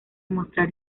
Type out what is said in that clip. mostrar